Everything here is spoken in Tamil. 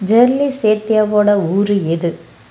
ஜெர்லி சேத்தியாவோட ஊர் எது